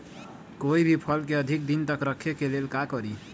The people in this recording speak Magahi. कोई भी फल के अधिक दिन तक रखे के लेल का करी?